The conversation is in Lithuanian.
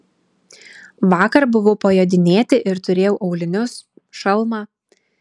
vakar buvau pajodinėti ir turėjau aulinius šalmą